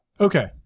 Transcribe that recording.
okay